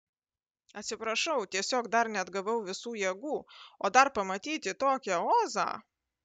atsiprašau tiesiog dar neatgavau visų jėgų o dar pamatyti tokią ozą